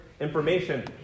information